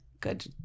Good